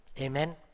Amen